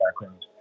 background